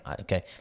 Okay